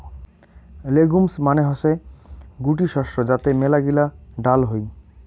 legumes মানে হসে গুটি শস্য যাতে মেলাগিলা ডাল হই